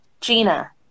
Gina